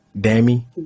Dammy